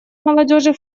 молодежи